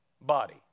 body